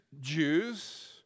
Jews